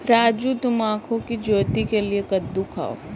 राजू तुम आंखों की ज्योति के लिए कद्दू खाओ